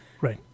Right